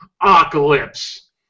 Apocalypse